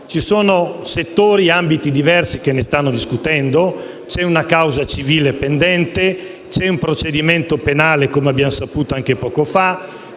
Ci sono settori e ambiti diversi che ne stanno discutendo; c'è una causa civile pendente: c'è un procedimento penale, come abbiamo saputo poco fa;